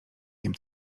wiem